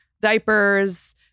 diapers